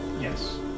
yes